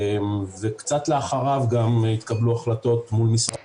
קצת אחריו התקבלו החלטות מול משרד